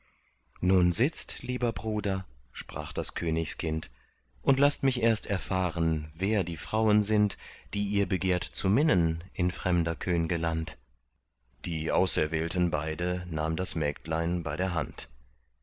nun sitzt lieber bruder sprach das königskind und laßt mich erst erfahren wer die frauen sind die ihr begehrt zu minnen in fremder könge land die auserwählten beide nahm das mägdlein bei der hand